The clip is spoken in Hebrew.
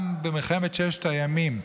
גם במלחמת ששת הימים,